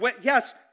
Yes